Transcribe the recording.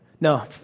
No